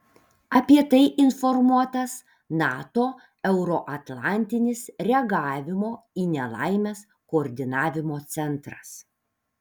apie tai informuotas nato euroatlantinis reagavimo į nelaimes koordinavimo centras